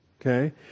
Okay